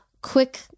quick